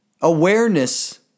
Awareness